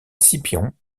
scipion